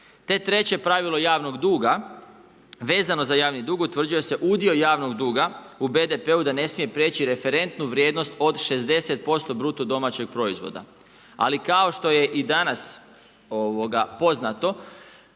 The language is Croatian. Te treće pravilo javnog duga. Vezano za javni dug utvrđuje se udio javnog duga u BDP-u da ne smije prijeći referentnu vrijednost od 60% BDP-a. Ali kao što je i danas poznato